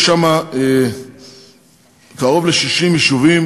יש שם קרוב ל-60 יישובים,